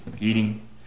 eating